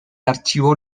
archivo